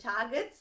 targets